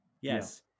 Yes